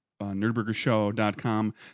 NerdBurgerShow.com